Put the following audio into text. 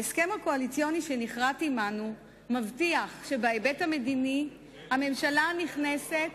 ההסכם הקואליציוני שנכרת עמנו מבטיח שבהיבט המדיני הממשלה הנכנסת